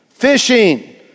Fishing